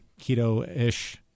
keto-ish